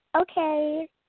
Okay